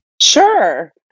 Sure